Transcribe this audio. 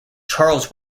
charles